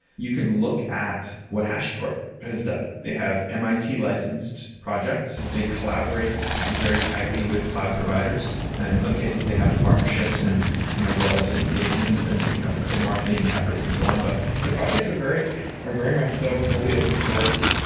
you can look at what hashicorp has done. they have and mit-licensed projects. they collaborate very tightly with cloud providers. in some cases, they have partnerships and you know royalty engagements and you know co-marketing efforts and so on. but their projects are very are very much so fully open source.